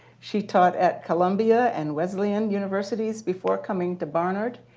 she taught at columbia and wesleyan universities before coming to barnard,